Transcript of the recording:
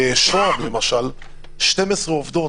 ב"אשנב" למשל 12 עובדות,